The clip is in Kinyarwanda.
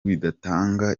bidatanga